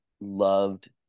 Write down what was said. loved